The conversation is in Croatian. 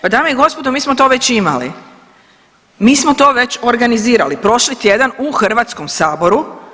Pa dame i gospodo mi smo to već imali, mi smo to već organizirali prošli tjedan u Hrvatskom saboru.